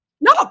no